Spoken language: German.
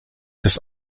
das